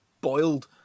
boiled